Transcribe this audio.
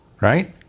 right